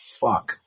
fuck